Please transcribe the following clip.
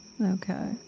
Okay